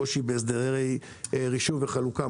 קושי בהסדרי רישום וחלוקה,